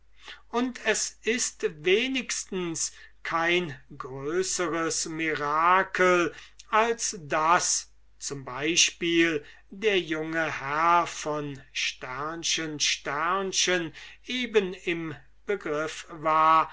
und es ist wenigstens kein größeres mirakel als daß z e der junge herr von eben im begriff war